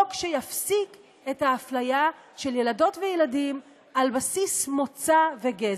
בחוק שיפסיק את האפליה של ילדות וילדים על בסיס מוצא וגזע.